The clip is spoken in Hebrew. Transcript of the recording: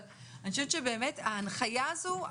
אבל אני חושבת שבאמת ההנחיה הזו,